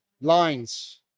lines